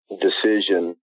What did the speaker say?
decision